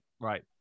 right